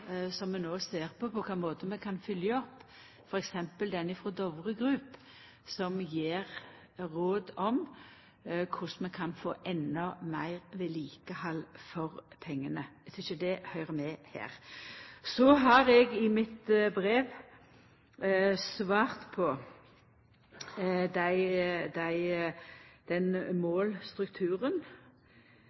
som vi no ser på på kva måte vi kan følgja opp, f.eks. den frå Dovre Group, som gjev råd om korleis vi kan få endå meir vedlikehald for pengane. Eg tykkjer det høyrer med her. Så har eg i brevet mitt svart på målstrukturen,